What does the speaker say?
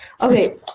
Okay